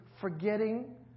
forgetting